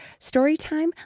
Storytime